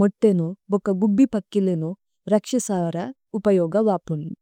മദിനമ് ഓക। ബിദിപക്കിലനമ് രക്ശസവര ഉപയോഗ വപനി।